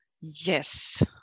yes